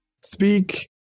speak